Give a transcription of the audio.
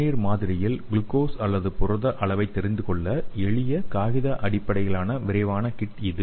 சிறுநீர் மாதிரியில் குளுக்கோஸ் அல்லது புரத அளவை தெரிந்துகொள்ள எளிய காகித அடிப்படையிலான விரைவான கிட் இது